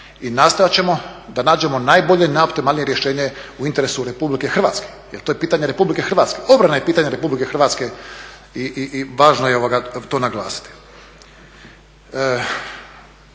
I nastojat ćemo da nađemo najbolje, najoptimalnije rješenje u interesu RH jer to je pitanje RH, obrana je pitanje RH i važno je to naglasiti.